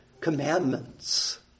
commandments